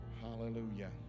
hallelujah